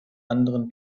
anderen